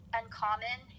uncommon